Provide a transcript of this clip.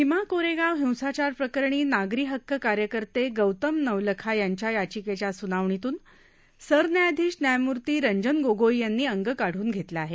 भीमा कोरेगाव हिंसाचार प्रकरणी नागरी हक्क कार्यकर्ते गौतम नवलखा यांच्या याचिकेच्या सुनावणीतून सरन्यायाधीश न्यायमूर्ती रंजन गोगोई यांनी अंग काढून घेतलं आहे